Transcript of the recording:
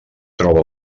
troba